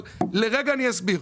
אבל לרגע אני אסביר.